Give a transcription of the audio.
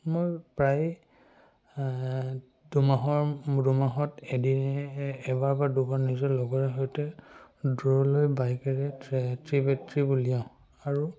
মই প্ৰায় দুমাহৰ দুমাহত এদিনে এবাৰ বা দুবাৰ নিজৰ লগৰ সৈতে দূৰলৈ বাইকেৰে এক ট্ৰিপ এক ট্ৰিপ উলিয়াওঁ আৰু